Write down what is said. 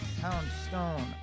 Poundstone